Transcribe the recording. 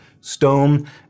stone